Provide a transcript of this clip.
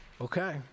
Okay